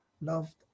loved